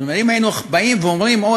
אם היינו אומרים: או,